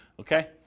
Okay